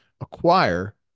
acquire